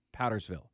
Powdersville